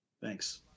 Thanks